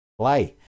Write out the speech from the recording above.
play